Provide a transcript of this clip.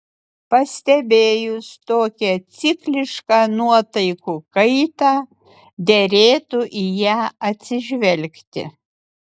pastebėjus tokią ciklišką nuotaikų kaitą derėtų į ją atsižvelgti